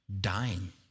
dying